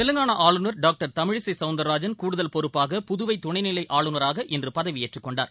தெலங்கானா ஆளுநர் டாக்டர் தமிழிசை சௌந்தர்ராஜன் கூடுதல் பொறுப்பாக புதுவை துணைநிலை ஆளுநராக இன்று பதவியேற்றுக் கொண்டார்